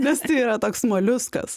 nes tai yra toks moliuskas